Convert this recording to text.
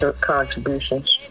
contributions